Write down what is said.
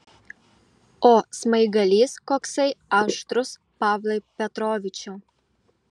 o smaigalys koksai aštrus pavlai petrovičiau